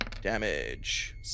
Damage